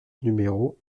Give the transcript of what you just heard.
numéro